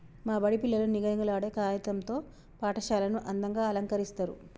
మా బడి పిల్లలు నిగనిగలాడే కాగితం తో పాఠశాలను అందంగ అలంకరిస్తరు